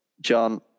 John